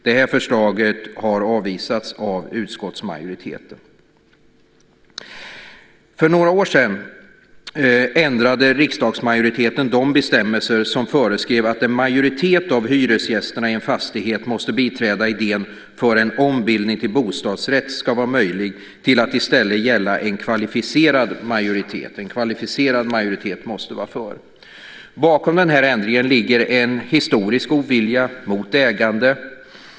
Detta förslag har avvisats av utskottsmajoriteten. För några år sedan ändrade riksdagsmajoriteten de bestämmelser som föreskrev att en majoritet av hyresgästerna i en fastighet måste biträda idén för att en ombildning till bostadsrätt ska vara möjlig till att i stället gälla en kvalificerad majoritet som måste vara för. Bakom denna ändring ligger en historisk ovilja mot ägande.